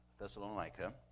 Thessalonica